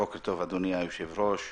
בוקר טוב אדוני היושב-ראש,